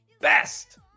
best